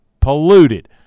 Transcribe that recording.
polluted